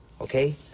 okay